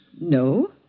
No